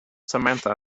samantha